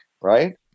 right